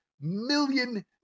million